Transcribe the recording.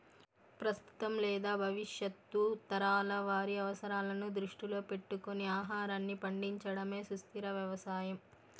ప్రస్తుతం లేదా భవిష్యత్తు తరాల వారి అవసరాలను దృష్టిలో పెట్టుకొని ఆహారాన్ని పండించడమే సుస్థిర వ్యవసాయం